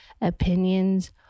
opinions